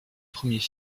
premiers